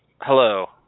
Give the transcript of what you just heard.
Hello